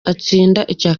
icya